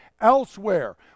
elsewhere